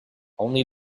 only